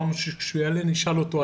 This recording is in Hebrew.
אמרנו שכאשר הוא יעלה, נשאל אותו.